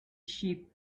sheep